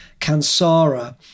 Kansara